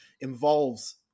involves